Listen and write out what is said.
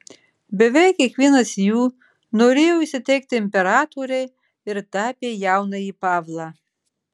beveik kiekvienas jų norėjo įsiteikti imperatorei ir tapė jaunąjį pavlą